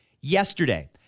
Yesterday